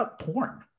porn